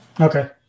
Okay